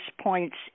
points